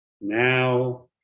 Now